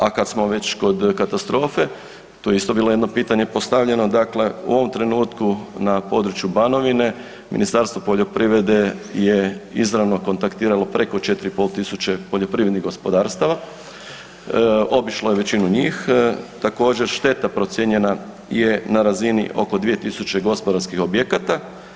A kad smo već kod katastrofe, to je isto bilo jedno pitanje postavljeno, dakle u ovom trenutku na području Banovine, Ministarstvo poljoprivrede je izravno kontaktiralo preko 4,5 tisuće poljoprivrednih gospodarstava, obišlo je većinu njih, također, šteta procijenjena je na razini oko 2 tisuće gospodarskih objekata.